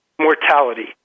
mortality